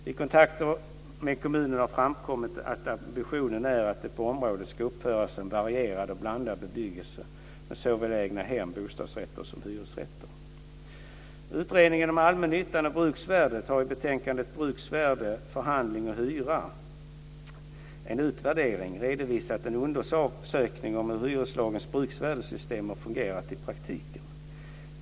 Vid kontakter med kommunen har framkommit att ambitionen är att det på området ska uppföras en varierad och blandad bebyggelse med såväl egnahem som bostadsrätter och hyresrätter. Utredningen om allmännyttan och bruksvärdet har i betänkandet Bruksvärde, förhandling och hyra - en utvärdering, , redovisat en undersökning om hur hyreslagens bruksvärdessystem har fungerat i praktiken.